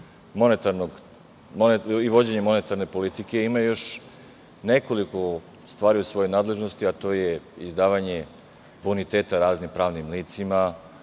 kontrolu i vođenje monetarne politike, ima još nekoliko stvari u svojoj nadležnosti, a to je – izdavanje boniteta raznim pravnim licima